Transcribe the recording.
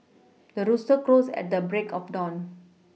the rooster crows at the break of dawn